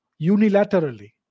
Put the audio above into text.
unilaterally